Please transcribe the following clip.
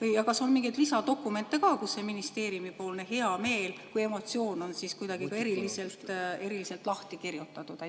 Ja kas on mingeid lisadokumente ka, kus see ministeeriumipoolne hea meel kui emotsioon on kuidagi eriliselt lahti kirjutatud?